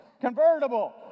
Convertible